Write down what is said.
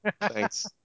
Thanks